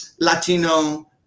Latino